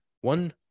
one